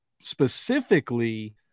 specifically –